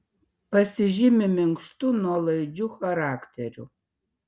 pasižymi minkštu nuolaidžiu charakteriu